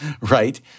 right